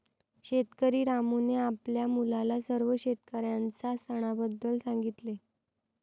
शेतकरी रामूने आपल्या मुलाला सर्व शेतकऱ्यांच्या सणाबद्दल सांगितले